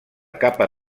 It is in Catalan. capa